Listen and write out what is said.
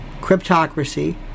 cryptocracy